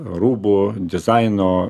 rūbų dizaino